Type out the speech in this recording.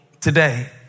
today